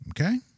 okay